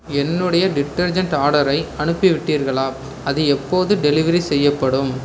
என்னுடைய டிட்டர்ஜெண்ட் ஆர்டரை அனுப்பிவிட்டீர்களா அது எப்போது டெலிவெரி செய்யப்படும்